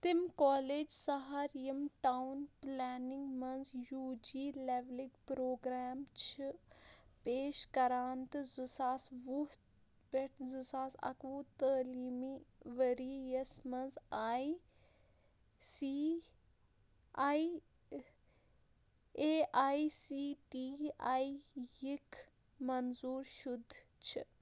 تِم کالیج سہار یِم ٹاوُن پٕلینِنٛگ منٛز یوٗ جی لٮ۪ولٕکۍ پروگرام چھِ پیش کران تہٕ زٕ ساس وُہ پٮ۪ٹھ زٕ ساس اَکہٕ وُہ تٲلیٖمی ؤریَس منٛز I C I A I C T I یِک منظوٗر شُد چھِ